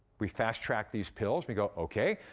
we fast-track these pills, we go, okay,